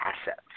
assets